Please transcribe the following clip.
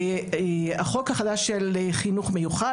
החוק החדש של חינוך מיוחד,